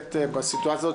אנחנו פותחים את הישיבה.